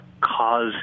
cause